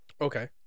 okay